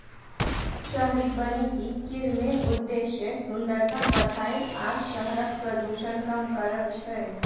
शहरी बनिकी केर मेन उद्देश्य सुंदरता बढ़ाएब आ शहरक प्रदुषण कम करब छै